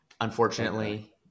Unfortunately